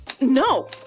No